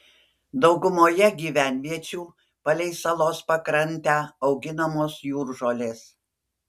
daugumoje gyvenviečių palei salos pakrantę auginamos jūržolės